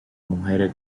mujeres